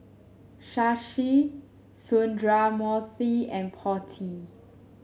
Shashi Sundramoorthy and Potti